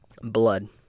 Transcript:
Blood